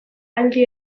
aldi